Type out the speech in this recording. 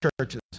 churches